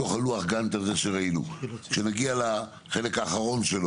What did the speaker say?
מתוך לוח הגאנט שראינו, כשנגיע לחלקו האחרון,